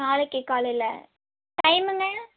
நாளைக்கு காலையில் டைமுங்க